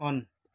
अन्